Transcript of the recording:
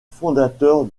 fondateur